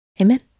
Amen